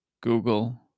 google